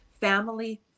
family